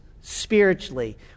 spiritually